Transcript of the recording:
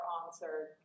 answered